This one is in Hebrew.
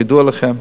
כידוע לכם,